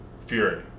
Fury